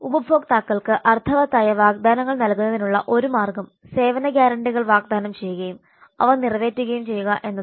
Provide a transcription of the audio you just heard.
ഉപഭോക്താക്കൾക്ക് അർത്ഥവത്തായ വാഗ്ദാനങ്ങൾ നൽകുന്നതിനുള്ള ഒരു മാർഗ്ഗം സേവന ഗ്യാരണ്ടികൾ വാഗ്ദാനം ചെയ്യുകയും അവ നിറവേറ്റുകയും ചെയ്യുക എന്നതാണ്